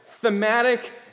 thematic